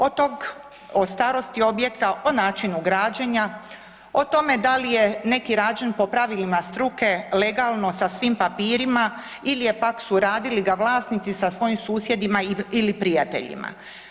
Od tog, od starosti objekta, o načinu građenja, o tome da li je neki rađen po pravilima struke, legalno sa svim papirima ili je pak su radili vlasnici sa svojim susjedima ili prijateljima.